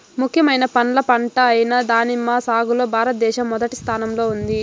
ముఖ్యమైన పండ్ల పంట అయిన దానిమ్మ సాగులో భారతదేశం మొదటి స్థానంలో ఉంది